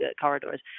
corridors